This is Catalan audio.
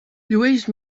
llueix